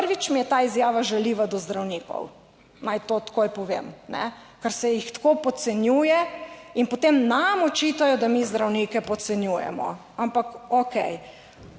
Prvič mi je ta izjava žaljiva do zdravnikov. Naj to takoj povem, ker se jih tako podcenjuje. In potem nam očitajo, da mi zdravnike podcenjujemo, ampak okej.